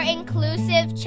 Inclusive